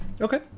Okay